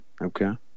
Okay